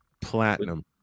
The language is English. Platinum